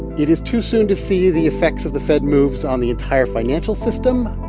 it is too soon to see the effects of the fed moves on the entire financial system,